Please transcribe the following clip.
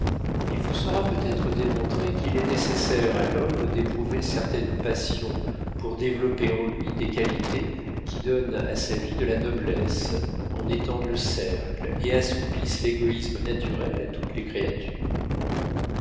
il vous sera peut-être démontré qu'il est nécessaire à l'homme d'éprouver certaines passions pour développer en lui des qualités qui donnent à sa vie de la noblesse en étendent le cercle et assoupissent l'égoïsme naturel à toutes les créatures